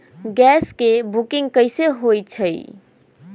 Gas के booking कैसे होईछई?